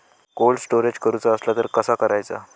Cold storage करूचा असला तर कसा करायचा?